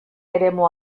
eremu